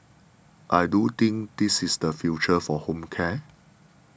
I do think this is the future for home care